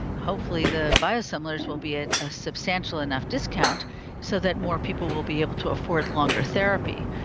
hopefully the biosimilars will be at a substantial enough discount so that more people will be able to afford longer therapy.